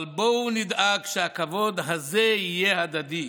אבל בואו נדאג שהכבוד הזה יהיה הדדי.